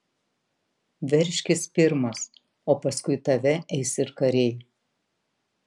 veržkis pirmas o paskui tave eis ir kariai